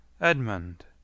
edmund